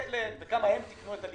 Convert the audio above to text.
מעת לעת, כמה הם תיקנו את הליקויים.